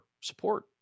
support